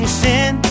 sin